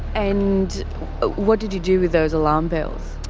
and what did you do with those alarm bells?